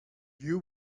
you